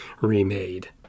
remade